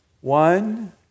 One